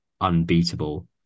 unbeatable